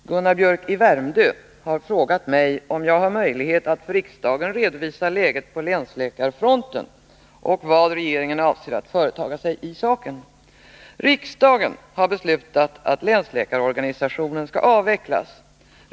Herr talman! Gunnar Biörck i Värmdö har frågat mig om jag har möjlighet att för riksdagen redovisa läget på länsläkarfronten och vad regeringen avser att företa sig i saken. Riksdagen har beslutat att länsläkarorganisationen skall avvecklas.